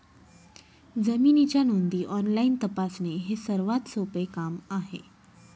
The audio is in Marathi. जमिनीच्या नोंदी ऑनलाईन तपासणे हे सर्वात सोपे काम आहे